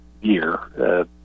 year